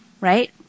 right